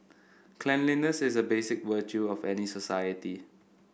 cleanliness is a basic virtue of any society